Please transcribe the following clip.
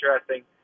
interesting